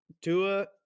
tua